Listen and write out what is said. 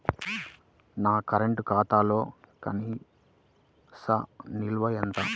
నా కరెంట్ ఖాతాలో కనీస నిల్వ ఎంత?